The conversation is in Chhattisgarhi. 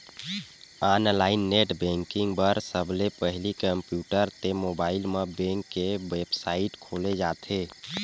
ऑनलाईन नेट बेंकिंग बर सबले पहिली कम्प्यूटर ते मोबाईल म बेंक के बेबसाइट खोले जाथे